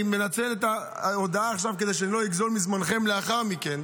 אני מנצל את ההודעה עכשיו כדי שלא אגזול מזמנכם לאחר מכן,